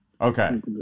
Okay